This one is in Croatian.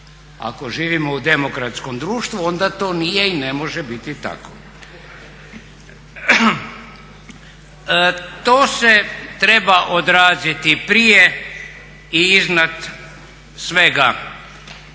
ako živimo u demokratskom društvu onda to nije i ne može biti tako. To se treba odraziti prije i iznad svega